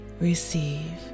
receive